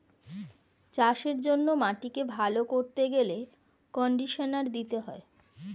চাষের জন্য মাটিকে ভালো করতে গেলে কন্ডিশনার দিতে হয়